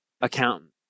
accountant